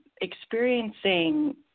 experiencing